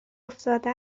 افتاده